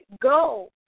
Go